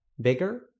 bigger